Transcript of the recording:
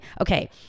Okay